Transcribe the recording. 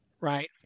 right